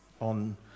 on